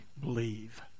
believe